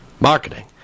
Marketing